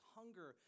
hunger